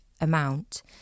amount